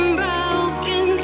broken